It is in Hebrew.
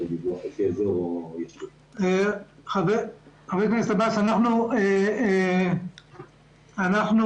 חבר הכנסת עבאס, אנחנו